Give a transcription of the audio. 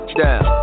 down